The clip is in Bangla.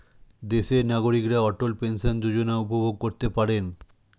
দেশের নাগরিকরা অটল পেনশন যোজনা উপভোগ করতে পারেন